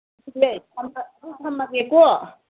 ꯊꯝꯃꯒꯦꯀꯣ